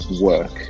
work